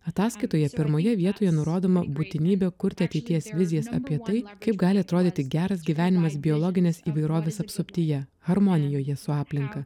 ataskaitoje pirmoje vietoje nurodoma būtinybė kurti ateities vizijas apie tai kaip gali atrodyti geras gyvenimas biologinės įvairovės apsuptyje harmonijoje su aplinka